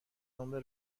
نمره